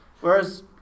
Whereas